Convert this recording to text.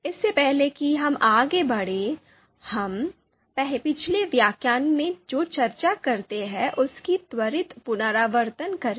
इससे पहले कि हम आगे बढ़ें हम पिछले व्याख्यान में जो चर्चा करते हैं उसका त्वरित पुनरावर्तन करें